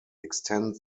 extend